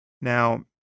Now